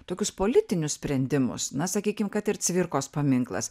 tokius politinius sprendimus na sakykim kad ir cvirkos paminklas